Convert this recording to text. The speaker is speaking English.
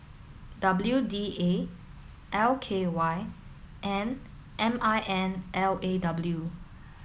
W D A L K Y and M I N L A W